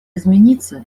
измениться